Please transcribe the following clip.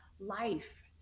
life